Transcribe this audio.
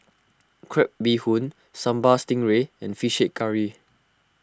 Crab Bee Hoon Sambal Stingray and Fish Head Curry